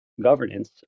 governance